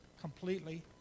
completely